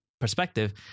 perspective